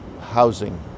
housing